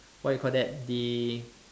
what you call that the